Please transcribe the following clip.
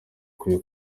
kure